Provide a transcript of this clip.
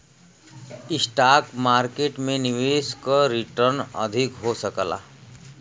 stock market में निवेश क रीटर्न अधिक हो सकला